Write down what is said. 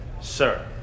sir